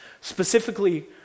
Specifically